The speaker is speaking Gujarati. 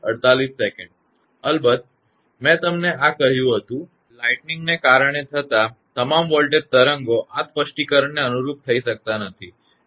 અલબત્ત મેં તમને આ કહ્યું હતું લાઈટનિંગને કારણે થતાં તમામ વોલ્ટેજ તરંગો આ સ્પષ્ટીકરણને અનુરૂપ થઈ શકતા નથી